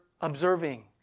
observing